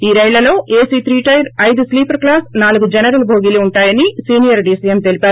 ఈ రైళ్లలో AC three tier ఐదు స్లీపర్క్లాస్ నాలుగు జనరల్ భోగీలు ఉంటాయని సీనియర్ డీసీఎం తెలిపారు